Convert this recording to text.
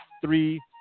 Three